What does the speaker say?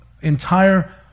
Entire